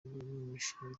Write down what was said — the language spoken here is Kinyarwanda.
mishinga